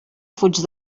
fuig